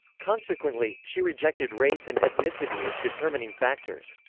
consequently, she rejected race and ethnicity as determining factors.